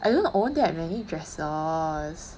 I don't own that many dresses